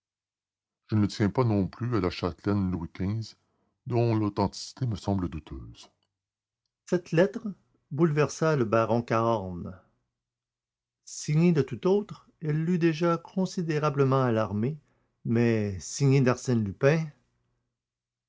je ne tiens pas non plus à la châtelaine louis xv dont l'authenticité me semble douteuse cette lettre bouleversa le baron cahorn signée de tout autre elle l'eût déjà considérablement alarmé mais signée d'arsène lupin